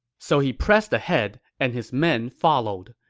so he pressed ahead, and his men followed.